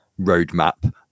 roadmap